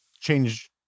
change